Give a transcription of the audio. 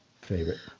favorite